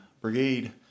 brigade